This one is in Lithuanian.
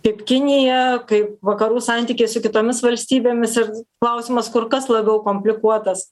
kaip kinija kaip vakarų santykiai su kitomis valstybėmis ir klausimas kur kas labiau komplikuotas